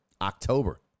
October